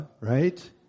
right